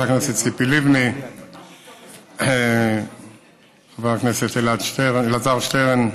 הכנסת ציפי לבני וחבר הכנסת אלעזר שטרן,